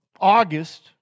August